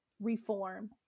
reform